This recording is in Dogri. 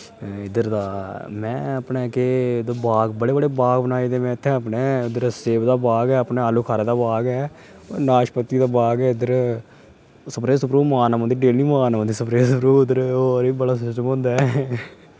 इद्धर दा में अपने कि उद्धर बाग बड़े बड़े बाग बनाए दे में इत्थै अपने उद्धर सेब दा बाग ऐ अपने आलू बखारे दा बाग ऐ नाशपती दा बाग ऐ इद्धर स्प्रे स्प्रू मारने पौंदी डेह्ल्ली मारनी पौंदी स्प्रे स्प्रू उद्धर होर बी बड़ा सिस्टम होंदा ऐ